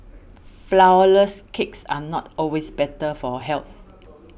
Flourless Cakes are not always better for health